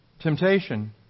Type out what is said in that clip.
Temptation